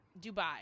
Dubai